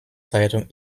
zeitung